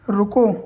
रुको